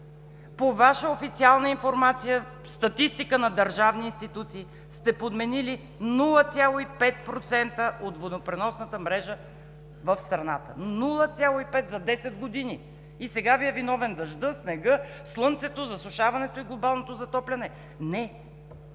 По Ваша официална информация, статистика на държавни институции, сте подменили 0,5% от водопреносната мрежа в страната – 0,5 за десет години! И сега Ви е виновен дъждът, снегът, слънцето, засушаването и глобалното затопляне. Не!